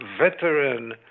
veteran